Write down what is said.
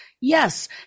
yes